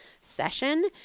session